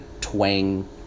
twang